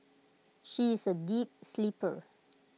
she is A deep sleeper